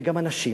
וגם אנשים,